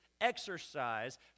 exercise